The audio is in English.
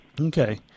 Okay